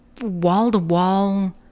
wall-to-wall